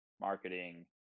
marketing